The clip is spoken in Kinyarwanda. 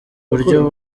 buryo